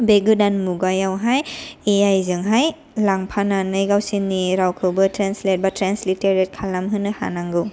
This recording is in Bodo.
बे गोदान मुगायावहाय ए आइ जोंहाय लांफानानै गावसोरनि रावखौबो ट्रेनसलेट बा ट्रेनसलिटारेट खालामहोनो हानांगौ